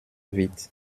vite